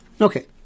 Okay